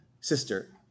sister